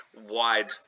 wide